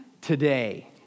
today